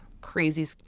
crazy